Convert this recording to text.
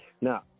Now